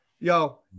Yo